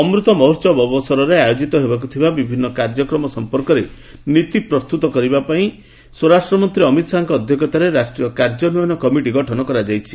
ଅମୃତ ମହୋହବ ଅବସରରେ ଆୟୋଜିତ ହେବାକୁ ଥିବା ବିଭିନ୍ନ କାର୍ଯ୍ୟକ୍ରମ ସମ୍ପର୍କରେ ନୀତି ପ୍ରସ୍ତୁତ କରିବା ପାଇଁ ସ୍ୱରାଷ୍ଟ୍ର ମନ୍ତ୍ରୀ ଅମିତ ଶାହାଙ୍କ ଅଧ୍ୟକ୍ଷତାରେ ରାଷ୍ଟ୍ରୀୟ କାର୍ଯ୍ୟନ୍ୱୟନ କମିଟି ଗଠନ କରାଯାଇଛି